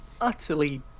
utterly